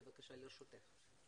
בבקשה, לרשותך.